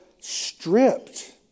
stripped